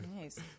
Nice